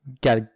Got